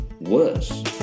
worse